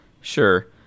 Sure